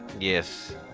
yes